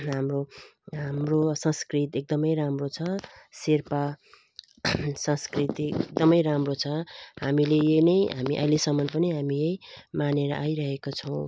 हाम्रो हाम्रो संस्कृति एकदमै राम्रो छ सेर्पा संस्कृति एकदमै राम्रो छ हामीले यही नै हामीले अहिलेसम्म पनि हामी यही मानेर आइरहेका छौँ